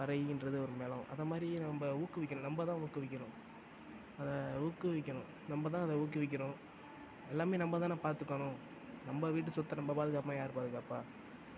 பறைன்றது ஒரு மேளம் அது மாதிரி நம்ம ஊக்குவிக்கணும் நம்ம தான் ஊக்குவிக்கணும் அதை ஊக்குவிக்கணும் நம்ம தான் அதை ஊக்குவிக்கணும் எல்லாம் நம்ம தானே பார்த்துக்கணும் நம்ம வீட்டு சொத்தை நம்ம பாதுகாக்காமல் யார் பாதுகாப்பார்